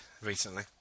recently